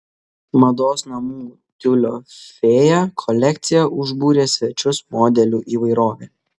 mados namų tiulio fėja kolekcija užbūrė svečius modelių įvairove